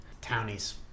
Townies